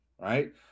Right